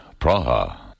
Praha